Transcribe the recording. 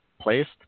placed